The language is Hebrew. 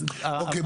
אז --- אוקיי,